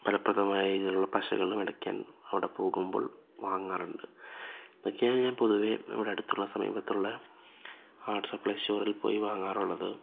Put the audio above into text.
ഫലപ്രദമായ രീതിയിലുള്ള പശകളും ഇടക്ക് അവിടെ പോകുമ്പോള് വാങ്ങാറുണ്ട് ഇതൊക്കെയാണ് ഞാന് പൊതുവേ ഇവിടെ അടുത്തുള്ള സമീപത്തുള്ള ആർട്ട് സപ്ലൈസ് സ്റ്റോറില് പോയി വാങ്ങാറുള്ളത്